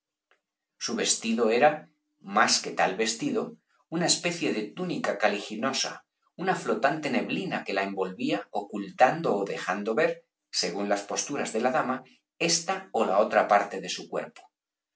su vestido era más que tal vestido una especie de túnica caliginosa una flotante neblina que la envolvía ocultando ó dejando ver según las posturas de la dama esta ó la otra parte de su cuerpo